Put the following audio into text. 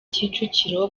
kicukiro